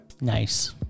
Nice